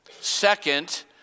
Second